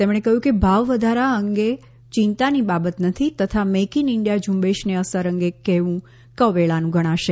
તેમણે કહ્યું કે ભાવવધારા અંગે ચિંતાની બાબત નથી તથા મેઇક ઇન ઇન્ડિયા ઝુંબેશને અસર અંગે કહેવું કવેળાનું ગણાશે